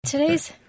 today's